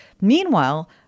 Meanwhile